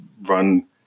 run